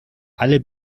alle